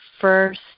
first